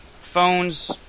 Phones